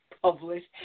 published